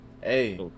Hey